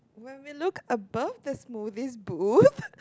when we look above the smoothie's booth